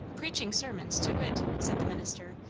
preaching sermons, to wit! said the minister.